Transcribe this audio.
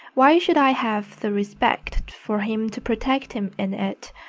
why should i have the respect for him to protect him in it?